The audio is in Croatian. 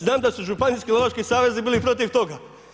Znam da su županijski lovački savez bili protiv toga!